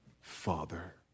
Father